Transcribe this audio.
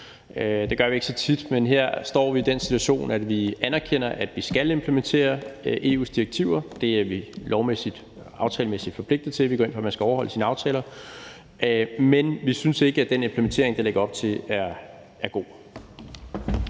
Det gør vi ikke så tit, men her står vi i den situation, at vi anerkender, at vi skal implementere EU's direktiver – det er vi aftalemæssigt forpligtet til, og vi går ind for, at man skal overholde sine aftaler – men vi ikke synes, at den implementering, der lægges op til, er god.